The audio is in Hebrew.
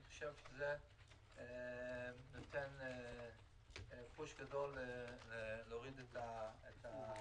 אני חושב שזה נותן דחיפה גדולה להורדת המחיר.